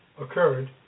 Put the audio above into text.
occurred